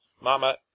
Mama